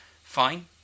Fine